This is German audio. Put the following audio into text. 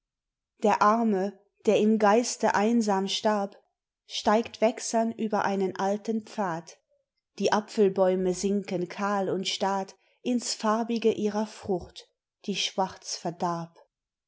der arme der im geiste einsam starb steigt wächsern über einen alten pfad die apfelbäume sinken kahl und stad ins farbige ihrer frucht die schwarz verdarb